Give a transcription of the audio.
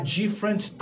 different